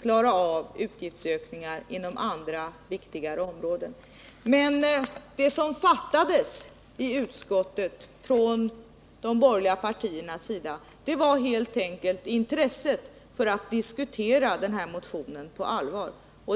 klara utgiftsökningar inom andra och viktigare områden, men det som fattades i utskottet bland de borgerliga ledamöterna var helt enkelt intresset för att diskutera den här aktuella motionen på allvar.